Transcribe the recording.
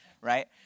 right